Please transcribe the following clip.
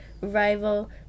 rival